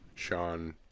Sean